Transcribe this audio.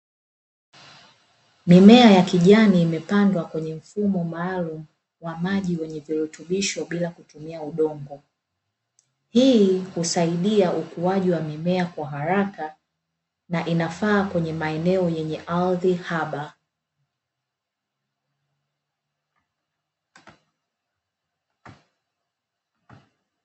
Mimea ya kijani imepandwa kwenye mfumo maalumu wa maji wenye virutubisho bila kutumia udongo. Hii husaidia ukuaji wa mimea wa haraka na inafaa kwenye maeneo yenye ardhi haba.